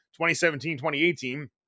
2017-2018